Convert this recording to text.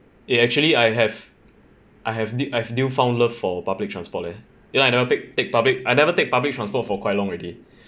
eh actually I have I have I've new found love for public transport leh you know I never take public I never take public transport for quite long already